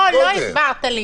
לא, לא הסברת לי.